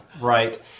Right